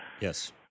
yes